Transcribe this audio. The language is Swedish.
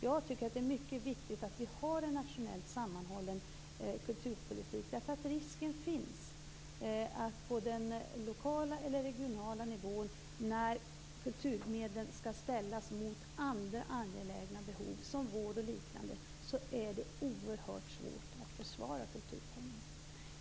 Jag tycker att det är mycket viktigt att vi har en nationellt sammanhållen kulturpolitik. På den lokala eller regionala nivån finns risken att det, när kulturmedlen skall ställas mot andra angelägna behov som vård och liknande, blir oerhört svårt att försvara kulturpengarna.